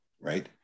right